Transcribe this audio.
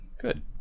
Good